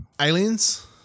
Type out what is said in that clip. Aliens